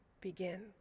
begin